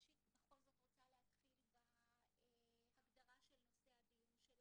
ראשית אני בכל זאת רוצה להתחיל בהגדרה של נושא הדיון שלנו.